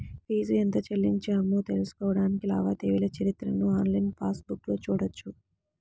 fee ఎంత చెల్లించామో తెలుసుకోడానికి లావాదేవీల చరిత్రను ఆన్లైన్ పాస్ బుక్లో చూడొచ్చు